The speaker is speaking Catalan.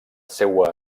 seua